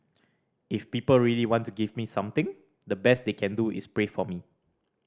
if people really want to give me something the best they can do is pray for me